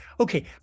Okay